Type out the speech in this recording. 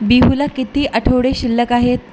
बिहूला किती आठवडे शिल्लक आहेत